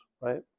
right